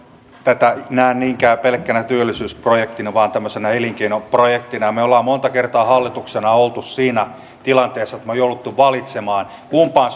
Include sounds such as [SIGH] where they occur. tätä näe niinkään pelkkänä työllisyysprojektina vaan tämmöisenä elinkeinoprojektina me me olemme monta kertaa hallituksena olleet siinä tilanteessa että me olemme joutuneet valitsemaan kumpaan [UNINTELLIGIBLE]